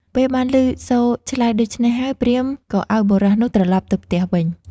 ពេលបានឮសូរឆ្លើយដូច្នេះហើយ ព្រាហ្មណ៍ក៏ឲ្យបុរសនោះត្រឡប់ទៅផ្ទះវិញ។